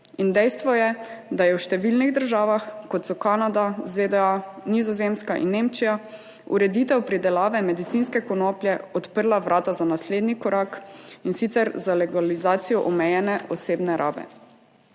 dejstvo je, da je v številnih državah, kot so Kanada, ZDA, Nizozemska in Nemčija ureditev pridelave medicinske konoplje odprla vrata za naslednji korak, in sicer za legalizacijo omejene osebne rabe.